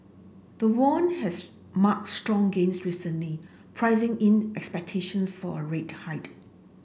the won has marked strong gains recently pricing in expectations for a rate hike